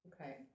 Okay